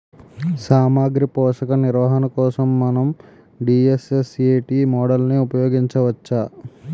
సామాగ్రి పోషక నిర్వహణ కోసం మనం డి.ఎస్.ఎస్.ఎ.టీ మోడల్ని ఉపయోగించవచ్చా?